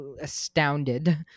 astounded